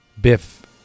Biff